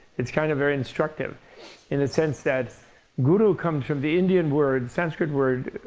it's kind of very instructive in the sense that guru comes from the indian word, sanskrit word,